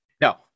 No